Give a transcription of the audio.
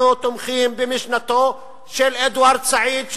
אנחנו תומכים במשנתו של אדוארד סעיד,